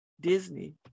Disney